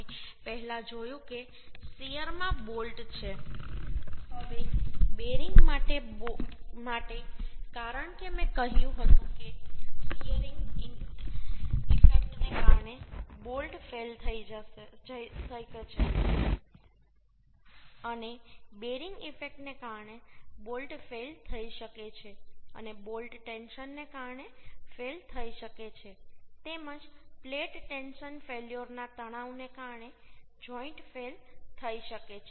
આપણે પહેલા જોયું કે શીયરમાં બોલ્ટ છે હવે બેરિંગ માટે કારણ કે મેં કહ્યું હતું કે શીયરિંગ ઈફેક્ટને કારણે બોલ્ટ ફેઈલ થઈ શકે છે અને બેરિંગ ઈફેક્ટને કારણે બોલ્ટ ફેઈલ થઈ શકે છે અને બોલ્ટ ટેન્શનને કારણે ફેઈલ થઈ શકે છે તેમજ પ્લેટ ટેન્શન ફેલ્યોરના તણાવને કારણે જોઈન્ટ ફેઈલ થઈ શકે છે